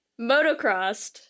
Motocrossed